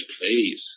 please